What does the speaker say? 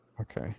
Okay